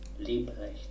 Liebrecht